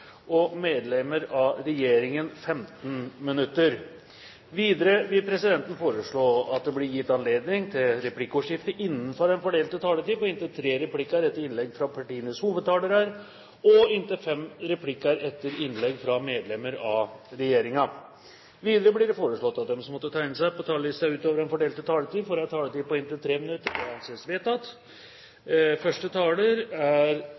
og medlemmer av regjeringen 15 minutter. Videre vil presidenten foreslå at det blir gitt anledning til replikkordskifte på inntil tre replikker med svar etter innlegg fra partienes hovedtalere og inntil seks replikker med svar etter innlegg fra medlemmer av regjeringen innenfor den fordelte taletid. Videre blir det foreslått at de som måtte tegne seg på talerlisten utover den fordelte taletid, får en taletid på inntil 3 minutter. – Det anses